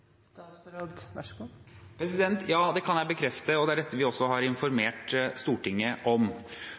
Ja, det kan jeg bekrefte, og det er dette vi også har informert Stortinget om.